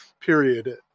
period